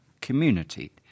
Community